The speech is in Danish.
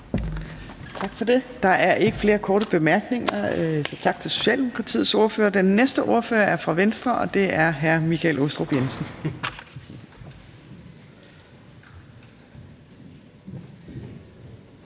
Tak for det. Der er ikke flere korte bemærkninger. Så tak til Socialdemokratiets ordfører. Den næste ordfører er fra Venstre, og det er hr. Michael Aastrup Jensen.